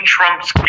Trump's